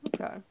Okay